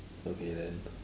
okay then